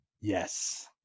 Yes